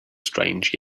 strange